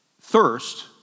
Thirst